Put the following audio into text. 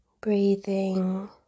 breathing